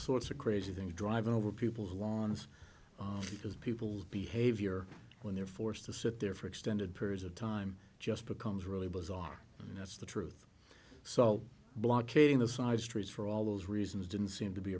sorts of crazy things driving over people's lawns because people's behavior when they're forced to sit there for extended periods of time just becomes really bizarre and that's the truth so blockading the side streets for all those reasons didn't seem to be